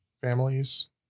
families